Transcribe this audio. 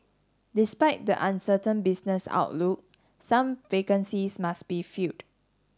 despite the uncertain business outlook some vacancies must be filled